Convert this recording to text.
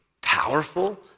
powerful